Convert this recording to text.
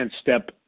step